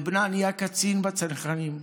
בנה נהיה קצין בצנחנים.